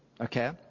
Okay